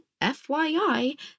FYI